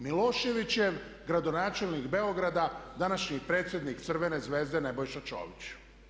Miloševićev gradonačelnik Beograda današnji predsjednik Crvene Zvezde Nebojša Čolić.